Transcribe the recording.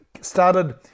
started